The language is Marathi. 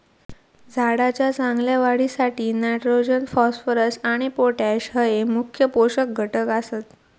झाडाच्या चांगल्या वाढीसाठी नायट्रोजन, फॉस्फरस आणि पोटॅश हये मुख्य पोषक घटक आसत